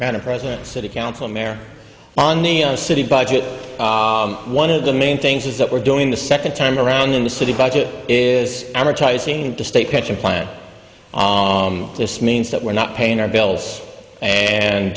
mer on the city budget one of the main things is that we're doing the second time around in the city budget is advertising the state pension plan this means that we're not paying our bills and